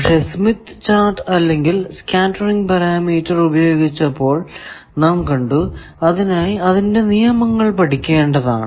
പക്ഷെ Smith chart അല്ലെങ്കിൽ scattering parameter ഉപയോഗിച്ചപ്പോൾ നാം കണ്ടു അതിനായി അതിന്റെ നിയമങ്ങൾ പഠിക്കേണ്ടതാണ്